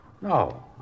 No